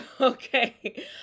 Okay